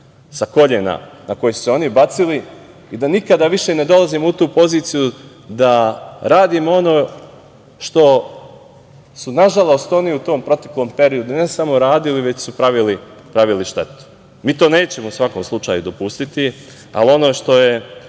sa kolena na koje su je oni bacili i da nikada više ne dolazimo u tu poziciju da radimo ono što su nažalost oni u tom proteklom periodu, ne samo radili, već su pravili štetu. Mi to nećemo u svakom slučaju dopustiti, ali ono što je